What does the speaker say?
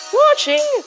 watching